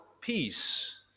peace